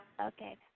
Okay